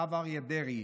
הרב אריה דרעי.